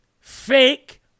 fake